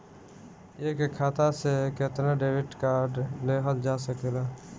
एक खाता से केतना डेबिट कार्ड लेहल जा सकेला?